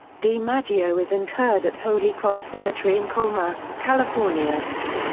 dimaggio is interred at holy cross cemetery in colma, california.